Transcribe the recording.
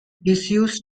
disused